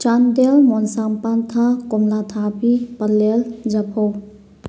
ꯆꯥꯟꯗꯦꯜ ꯃꯣꯟꯁꯝꯄꯟꯊꯥ ꯀꯣꯝꯂꯥꯊꯥꯕꯤ ꯄꯂꯦꯜ ꯖꯐꯧ